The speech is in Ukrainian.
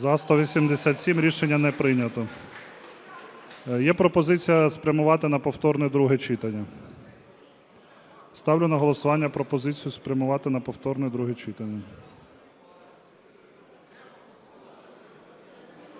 За-187 Рішення не прийнято. Є пропозиція спрямувати на повторне друге читання. Ставлю на голосування пропозицію спрямувати на повторне друге читання.